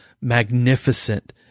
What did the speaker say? magnificent